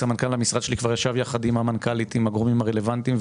סמנכ"ל המשרד שלי ישב יחד עם המנכ"לית עם הגורמים הרלוונטיים.